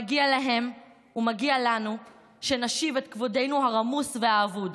מגיע להם ומגיע לנו שנשיב את כבודנו הרמוס והאבוד.